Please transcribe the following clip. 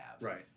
Right